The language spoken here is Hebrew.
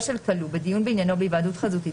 של הכלוא בדיון בעניינו בהיוועדות חזותית,